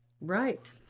right